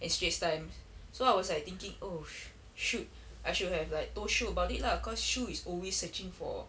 and straits times so I was like thinking oh sh~ shoot I should have like told shu about it lah cause shu is always searching for